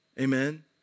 Amen